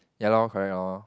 ya lor correct loh